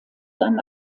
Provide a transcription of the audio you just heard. dann